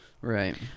Right